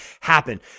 happen